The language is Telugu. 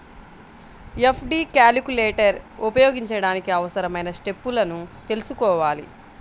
ఎఫ్.డి క్యాలిక్యులేటర్ ఉపయోగించడానికి అవసరమైన స్టెప్పులను తెల్సుకోవాలి